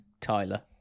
Tyler